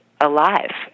alive